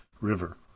River